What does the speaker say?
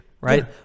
right